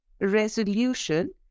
resolution